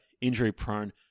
injury-prone